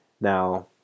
Now